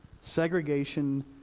segregation